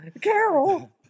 Carol